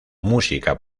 música